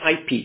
IP